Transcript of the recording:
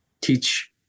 teach